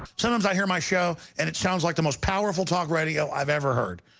sometimes i hear my show, and it sounds like the most powerful talk radio i've ever heard.